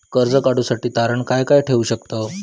कर्ज काढूसाठी तारण काय काय ठेवू शकतव?